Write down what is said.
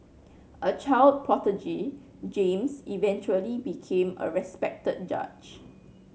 a child prodigy James eventually became a respected judge